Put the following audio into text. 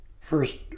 first